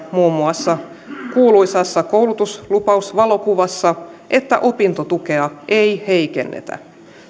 muun muassa kuuluisassa koulutuslupausvalokuvassa että opintotukea ei ei heikennetä